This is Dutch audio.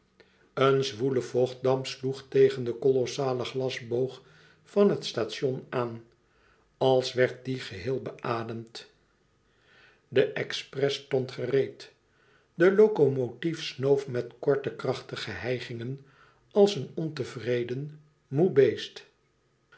een zwoele vochtdamp sloeg tegen den kolossalen glasboog van het station aan als werd die geheel beademd de express stond gereed de locomotief snoof met kort krachtige hijgingen als een ontevreden moê beest